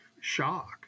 shock